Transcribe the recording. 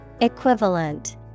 Equivalent